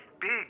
big